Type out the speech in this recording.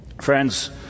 Friends